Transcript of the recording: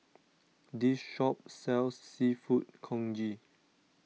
this shop sells Seafood Congee